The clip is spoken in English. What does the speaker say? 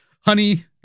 honey